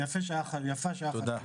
ויפה שעה אחת קודם.